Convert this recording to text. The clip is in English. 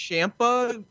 Champa